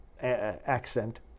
accent